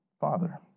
father